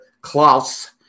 Klaus